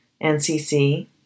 NCC